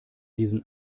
diesen